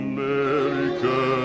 America